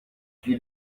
qui